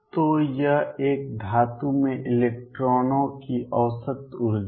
तो यह एक धातु में इलेक्ट्रॉनों की औसत ऊर्जा है